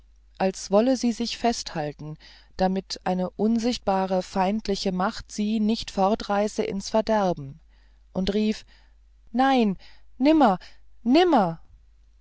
als wolle sie sich festhalten damit eine unsichtbare feindliche macht sie nicht fortreiße ins verderben und rief nein nimmer nimmer